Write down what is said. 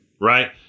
right